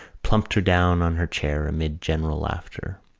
plumped her down on her chair amid general laughter.